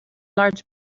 large